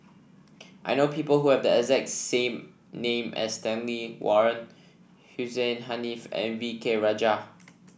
I know people who have the exact same name as Stanley Warren Hussein Haniff and V K Rajah